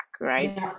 right